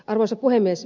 arvoisa puhemies